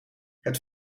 het